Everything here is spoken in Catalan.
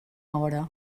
hora